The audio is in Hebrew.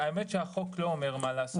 החוק לא אומר מה לעשות,